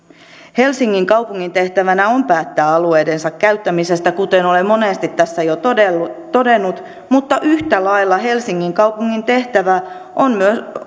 helsingin kaupungin tehtävänä on päättää alueidensa käyttämisestä kuten olen monesti tässä jo todennut todennut mutta yhtä lailla helsingin kaupungin tehtävä on